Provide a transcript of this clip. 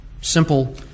simple